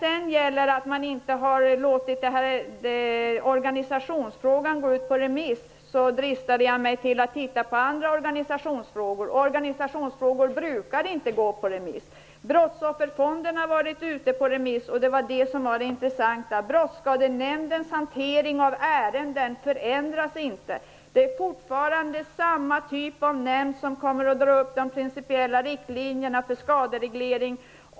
Det sades att man inte har låtit organisationsfrågan gå ut på remiss. Jag har dristat mig till att se på hanteringen av andra organisationsfrågor. Organisationsfrågor brukar inte gå på remiss. Frågan om brottsofferfonden har varit ute på remiss. Det var detta som var det intressanta. Brottsskadenämndens hantering av ärenden förändras inte. Det är fortfarande samma typ av nämnd som kommer att dra upp de principiella riktlinjerna för skadereglering.